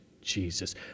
Jesus